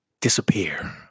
Disappear